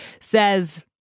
says